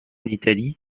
italie